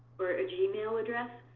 or a gmail address,